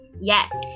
Yes